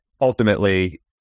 ultimately